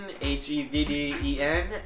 H-E-D-D-E-N